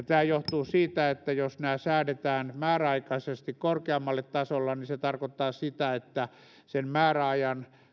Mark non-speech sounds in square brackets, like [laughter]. [unintelligible] tämä johtuu siitä että jos nämä säädetään määräaikaisesti korkeammalle tasolle niin se tarkoittaa sitä että sen määräajan